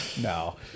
No